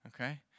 Okay